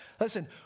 Listen